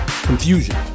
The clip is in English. Confusion